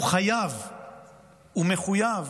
הוא מחויב